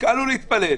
הם התקהלו להתפלל.